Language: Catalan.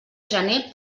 gener